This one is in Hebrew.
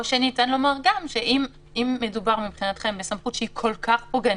או שניתן לומר גם שאם מדובר מבחינתכם בסמכות שהיא כל כך פוגענית,